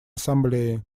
ассамблеи